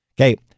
Okay